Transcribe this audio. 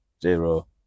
zero